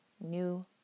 new